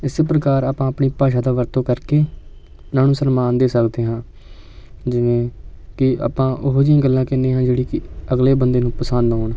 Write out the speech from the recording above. ਇਸੇ ਪ੍ਰਕਾਰ ਆਪਾਂ ਆਪਣੀ ਭਾਸ਼ਾ ਦਾ ਵਰਤੋਂ ਕਰਕੇ ਇਹਨਾਂ ਨੂੰ ਸਨਮਾਨ ਦੇ ਸਕਦੇ ਹਾਂ ਜਿਵੇਂ ਕਿ ਆਪਾਂ ਉਹੋ ਜਿਹੀਆਂ ਗੱਲਾਂ ਕਹਿੰਦੇ ਹਾਂ ਜਿਹੜੀ ਕਿ ਅਗਲੇ ਬੰਦੇ ਨੂੰ ਪਸੰਦ ਆਉਣ